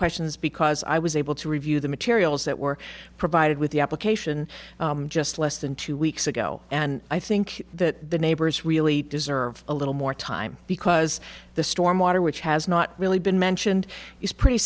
questions because i was able to review the materials that were provided with the application just less than two weeks ago and i think that the neighbors really deserve a little more time because the stormwater which has not really been mentioned is pretty